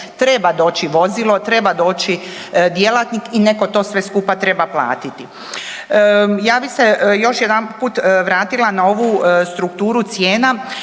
treba doći vozilo, treba doći djelatnik i netko to sve skupa treba platiti. Ja bi se još jedanput vratila na ovu strukturu cijena,